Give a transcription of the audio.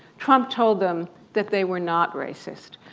trump told them that they were not racist.